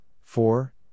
four